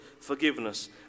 forgiveness